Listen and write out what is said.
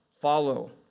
follow